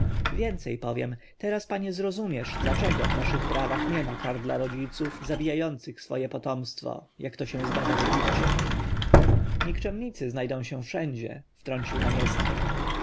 więcej powiem teraz panie zrozumiesz dlaczego w naszych prawach niema kar na rodziców zabijających swoje potomstwo jak się to zdarza w egipcie nikczemnicy znajdą się wszędzie wtrącił namiestnik